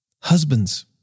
Husbands